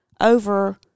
over